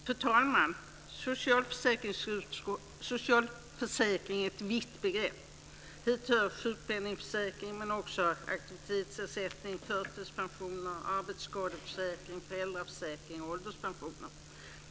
Fru talman! Socialförsäkring är ett vitt begrepp. Hit hör sjukpenningförsäkring, men också aktivitetsersättningar, förtidspensioner, arbetsskadeförsäkring, föräldraförsäkring och ålderspensioner.